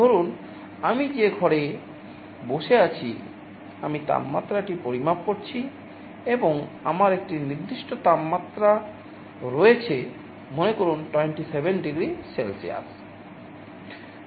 ধরুন আমি যে ঘরে বসে আছি আমি তাপমাত্রাটি পরিমাপ করছি এবং আমার একটি নির্দিষ্ট তাপমাত্রা রয়েছে মনে করুন 27 ডিগ্রি সেলসিয়াস